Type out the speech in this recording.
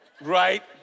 right